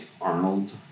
Arnold